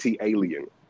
alien